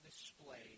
display